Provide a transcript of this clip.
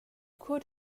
could